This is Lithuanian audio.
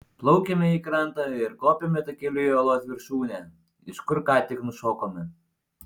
plaukiame į krantą ir kopiame takeliu į uolos viršūnę iš kur ką tik nušokome